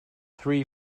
three